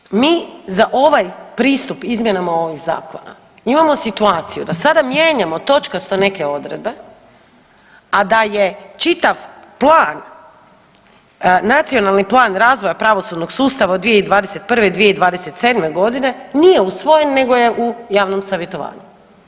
Dakle, mi za ovaj pristup izmjenama ovih zakona imamo situaciju da sada mijenjamo točkasto neke odredbe, a da je čitav plan, nacionalni plan razvoja pravosudnog sustava od 2021.-2027.g. nije usvojen nego je u javnom savjetovanju.